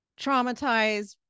traumatized